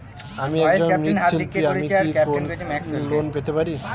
আমি একজন মৃৎ শিল্পী আমি কি কোন লোন পেতে পারি?